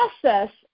process